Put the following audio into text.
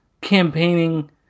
campaigning